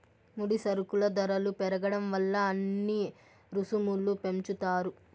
ముడి సరుకుల ధరలు పెరగడం వల్ల అన్ని రుసుములు పెంచుతారు